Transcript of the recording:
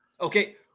okay